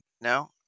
no